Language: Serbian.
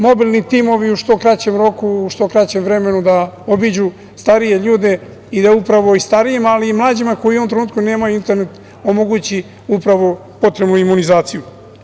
Mobilni timovi u što kraćem roku, u što kraćem vremenu da obiđu starije ljude i da upravo i starijima, ali i mlađima koji u jednom trenutku nemaju internet omogući upravo potrebnu imunizaciju.